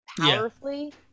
powerfully